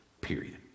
period